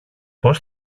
πώς